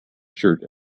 shirt